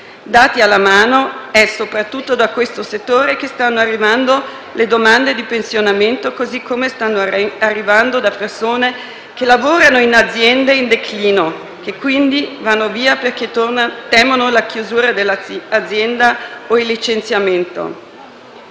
Dati alla mano, è soprattutto da questo settore che stanno arrivando le domande di pensionamento, così come da persone che lavorano in aziende in declino, che quindi vanno via perché temono la chiusura dell'azienda o il licenziamento.